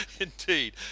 Indeed